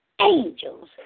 Angels